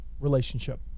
relationship